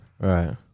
Right